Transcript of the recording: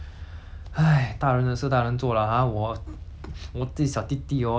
我小弟弟 hor then 我就做自己的东西 lor then after that